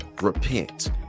repent